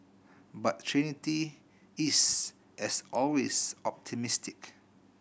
but Trinity is as always optimistic